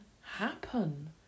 happen